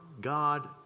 God